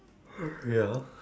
ya